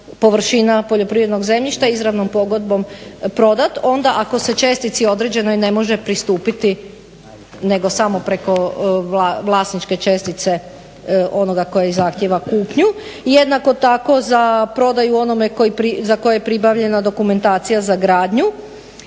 površina poljoprivrednog zemljišta izravnom pogodbom prodat onda ako se čestici određenoj ne može pristupiti nego samo preko vlasničke čestice onoga koji zahtjeva kupnju. Jednako tako za prodaju onome za koje je pribavljena dokumentacija za gradnju